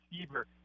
receiver